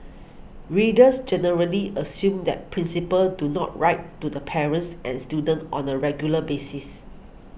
readers generally assume that principals do not write to the parents and students on the regular basis